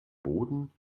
boden